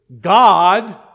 God